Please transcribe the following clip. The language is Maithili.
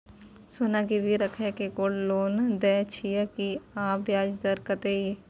सोना गिरवी रैख के गोल्ड लोन दै छियै की, आ ब्याज दर कत्ते इ?